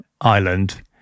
island